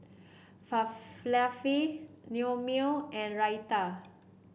Falafel Naengmyeon and Raita